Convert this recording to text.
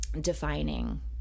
defining